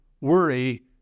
worry